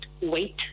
wait